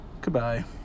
Goodbye